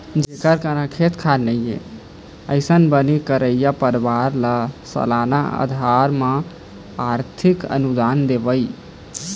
जेखर करा खेत खार नइ हे, अइसन बनी करइया परवार ल सलाना अधार म आरथिक अनुदान देवई